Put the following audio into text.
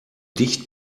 dicht